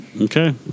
okay